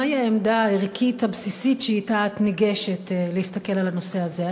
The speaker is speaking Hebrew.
מה היא העמדה הערכית הבסיסית שאִתה את ניגשת להסתכל על הנושא הזה?